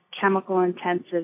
chemical-intensive